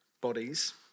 bodies